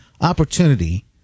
opportunity